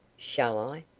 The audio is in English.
shall i?